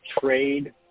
trade